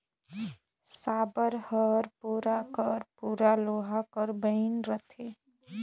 साबर हर पूरा कर पूरा लोहा कर बइन रहथे